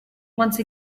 once